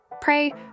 Pray